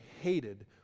hated